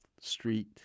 Street